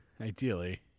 ideally